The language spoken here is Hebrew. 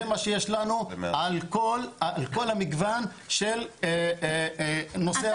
זה מה שיש לנו על כל המגוון של נושא הסביבה.